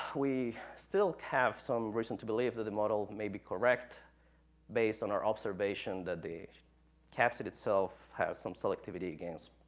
we still have some reason to believe that the model may be correct based on our observation that the capsid itself has some selectivity against,